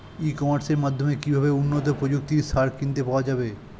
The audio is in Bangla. ই কমার্সের মাধ্যমে কিভাবে উন্নত প্রযুক্তির সার কিনতে পাওয়া যাবে?